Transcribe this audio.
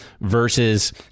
versus